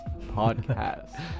podcast